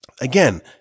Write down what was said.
again